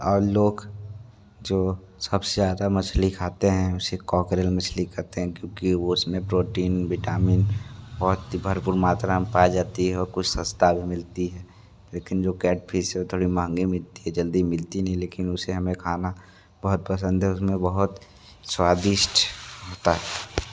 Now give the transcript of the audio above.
और लोग जो सबसे ज़्यादा मछली खाते हैं उसे कोकरेल मछली करते हैं क्योंकि वह उसमें प्रोटीन विटामिन और दीवार पर मात्रा में पाई जाती है कुछ सस्ता भी मिलती है लेकिन जो कैटफिस से थोड़ी महगी मिलती जल्दी मिलती नहीं लेकिन उसे हमें खाना बहुत पसंद है उसमें बहुत स्वादिष्ट होता है